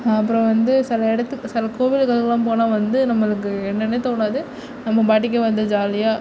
அப்புறோம் வந்து சில இடத்துக்கு சில கோவிலுகளுக்குலாம் போனால் வந்து நம்மளுக்கு என்னன்னே தோணாது நம்ம பாட்டுக்கு வந்து ஜாலியாக